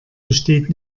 besteht